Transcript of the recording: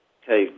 Hey